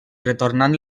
retornant